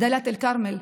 מדאלית אל-כרמל,